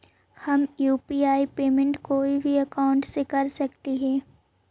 हम UPI payment कोई भी अकाउंट से कर सकली हे?